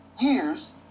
years